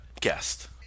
Guest